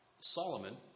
Solomon